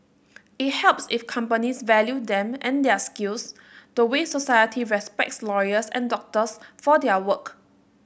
it helps if companies value them and their skills the way society respects lawyers and doctors for their work